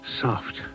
Soft